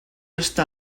està